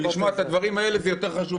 לשמוע את הדברים האלה בעיניי יותר חשוב